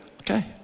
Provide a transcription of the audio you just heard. okay